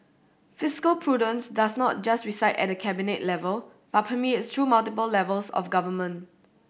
fiscal prudence does not just reside at the Cabinet level but permeates through multiple levels of government